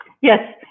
yes